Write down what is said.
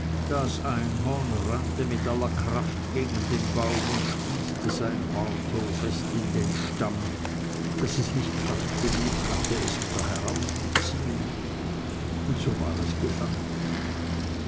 das einhorn rannte mit aller kraft gegen den baum und spießte sein horn so fest in den stamm daß es nicht kraft genug hatte es wieder herauszuziehen und so war es gefangen